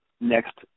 next